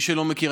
למי שלא מכיר.